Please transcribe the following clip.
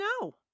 No